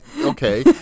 okay